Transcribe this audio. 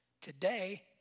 Today